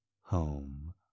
home